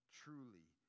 truly